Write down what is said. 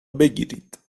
بگیرید